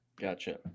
Gotcha